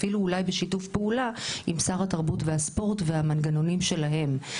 אפילו אולי בשיתוף פעולה עם שר התרבות והספורט והמנגנונים שלהם.